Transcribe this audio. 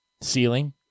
Ceiling